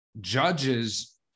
judges